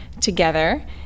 together